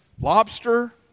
lobster